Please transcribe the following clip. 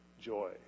joy